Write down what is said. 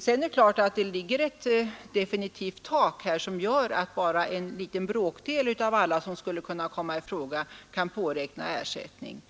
Sedan är det klart att det finns ett tak som gör att bara en liten bråkdel av alla som skulle kunna komma i fråga kan påräkna ersättning.